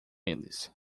eles